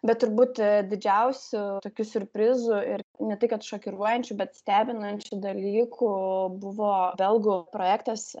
bet turbūt didžiausiu tokiu siurprizu ir ne tai kad šokiruojančiu bet stebinančiu dalyku buvo belgų projektas